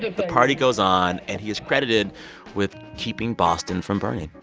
the party goes on. and he is credited with keeping boston from burning.